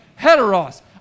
heteros